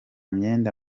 myenda